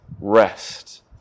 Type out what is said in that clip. rest